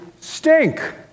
stink